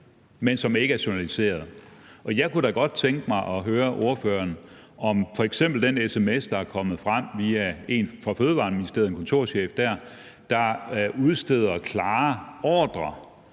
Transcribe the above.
men som ikke er journaliseret. Jeg kunne da godt tænke mig at høre ordføreren om f.eks. den sms, der er kommet frem via en fra Fødevareministeriet, en kontorchef dér, og som udsteder klare ordrer